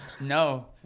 No